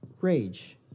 rage